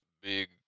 Big